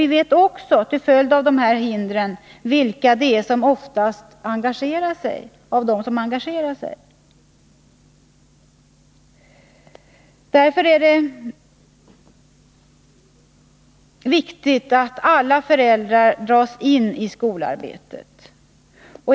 Vi vet också vilka det är som till följd av dessa hinder oftast engagerar sig. Det är viktigt att alla föräldrar dras in i skolarbetet.